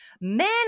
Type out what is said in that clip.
Men